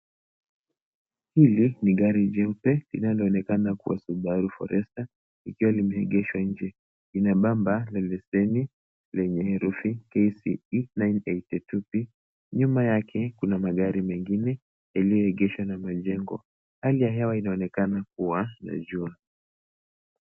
Hili ni gari jeupe, linaloonekana kuwa Subaru Forester likiwa limeegeshwa nje. Lina bamba lenye leseni lenye herufi KCE 982P. Nyuma yake, kuna magari mengine yaliyoegeshwa na majengo. Hali ya hewa inaonekana kuwa ya jua.